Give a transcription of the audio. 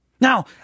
Now